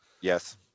Yes